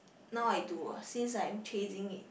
now I do ah since I'm chasing it